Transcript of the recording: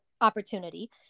opportunity